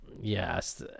yes